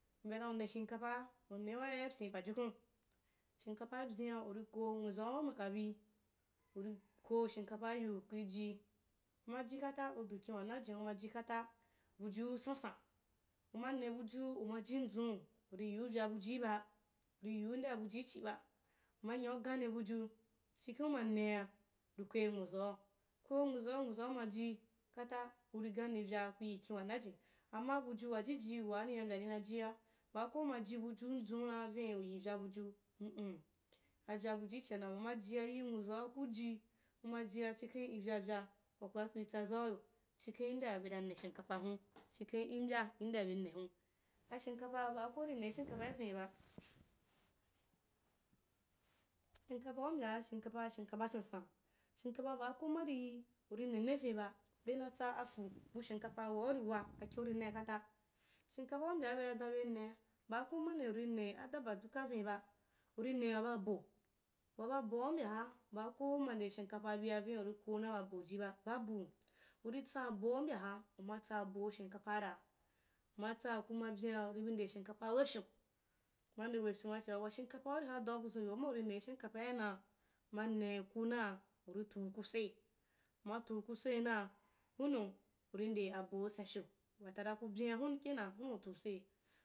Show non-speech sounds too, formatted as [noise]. Benau ne shimkapaa, une wa yapyin’u pajukun, shimkapaa byen’a uri ko nwazau wa makabi, uri ko shimakapaa yiu kuiji, kuma ji kata kui du kin wanajini, kumaji kata buyu sansan, uma ne buju uma jinzun’u uri yiu vya bujuiba, uma nya uganse bujis, chikhen uma ne’a, uri koyi nwauzau, koji nwuzau, nwuzau, koyi nwuzau, nwuzau maji kata kui ganeuyaa kata kui yi kin wanajin, amma buji wajiji waa ni nai mbya ni nai jia, baa ko uma ji buju nzun’una vin uyi uya buju, min, avya bujui chia na ba uma jia yi nwuzau kuji kuma jia chikhen luyauya’ kukaa lui tsazauyo, chikhen yandea benai ne shimkapa hun, [noise] xhiken imbya indea bene hun. Ashinkapa baa ko uri nei shimkapa vin ba, ashimkapa u mbyaa shimkapa-ashimkapa sansan, ashimkapa baa ko mari uri nene vin ba, bena tsa aku bu shimkapa waa uri wa akin’u ri nai kata, shimkapaa u mbyaa bena dan ben, baa ko mari uri ne adaba duka vin ba, uri ne wa babo, w aba boa u mbyaa, baa ko uma nde shimkapa bia vin uri koo na ba bo jiba, babu uritsaboa u mbyaha, uma tsaa bo shimkapa ra, utsaku ma byen’a uri bi nde shimkapaa wepyu, uma nde wepyumake’a, shimkapa uri hadau buzun weuba, amai uri ne shimkapai na, uma nei kunai uri tuuku soi uma tuuku soi naa, hunnu uri ude aboi senpyu, wata dan ku byen’a huu kenan, hunnu utuu soi.